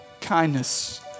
kindness